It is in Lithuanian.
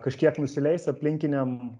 kažkiek nusileis aplinkinėm